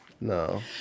No